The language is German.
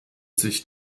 sich